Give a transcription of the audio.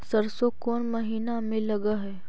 सरसों कोन महिना में लग है?